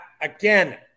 again